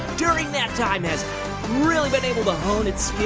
during that time, has really been able to hone its